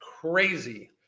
Crazy